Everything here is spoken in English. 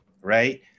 Right